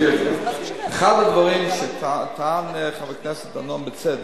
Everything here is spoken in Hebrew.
אחד הדברים שטען חבר הכנסת דנון, בצדק,